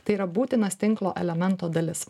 tai yra būtinas tinklo elemento dalis